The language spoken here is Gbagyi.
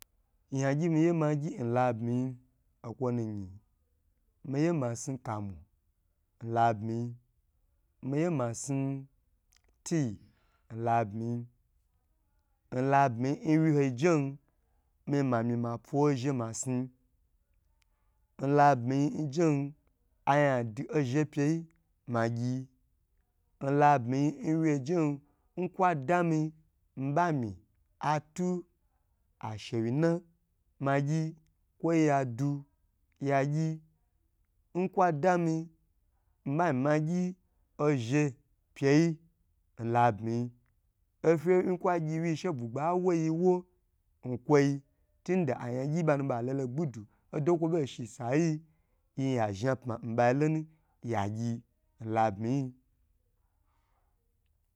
Ya gyi miye ma gyi n nabmiyi okwonu yin miye ma sni kamu miye ma sni tea nnabmi yi n wyi hoi njen miy ma mi pwo ozhe ma sni nlabmiyi njen ayin adu ozhe pye yi magyi n labmiyi nwyi hoi jon nkwadami nbami atu ashawi na magyi kwo ya du ya gyr nkwa da mi ba mi ma gyi ozhe pyeyi nlabmiyi ofe kwa gyi she buda woyi wo nkwo tinde ayan gyi banu ba lolo gbuduwu odo kwo bo shi nsayi yiya zhapma nbayi lonu ya gyi nlabmiyiyi